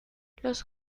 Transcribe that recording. los